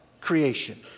creation